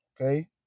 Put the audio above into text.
okay